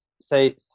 say